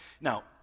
Now